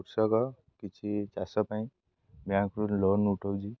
କୃଷକ କିଛି ଚାଷ ପାଇଁ ବ୍ୟାଙ୍କରୁ ଲୋନ୍ ଉଠଉଛି